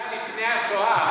היה לפני השואה,